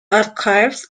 archives